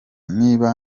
niba